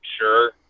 sure